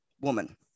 woman